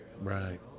right